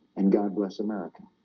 and god bless america